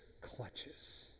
clutches